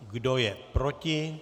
Kdo je proti?